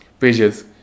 pages